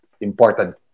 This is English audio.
important